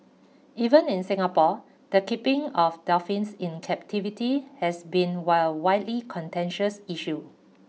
even in Singapore the keeping of dolphins in captivity has been well widely contentious issue